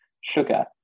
sugar